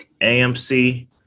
AMC